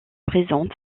présente